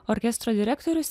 orkestro direktorius